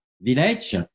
village